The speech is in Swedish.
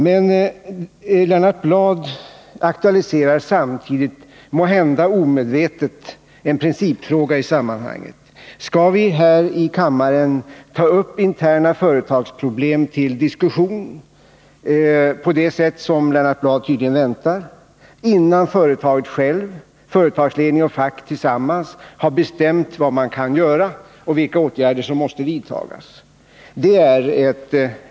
Men Lennart Bladh aktualiserar, måhända omedvetet, en principfråga i sammanhanget: Skall vi här i kammaren ta upp interna företagsproblem till diskussion, på det sätt som Lennart Bladh tydligen väntar, innan företaget självt — företagsledning och fack tillsammans — har bestämt vad man kan göra och vilka åtgärder som måste vidtas?